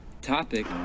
topic